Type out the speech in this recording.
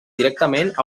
directament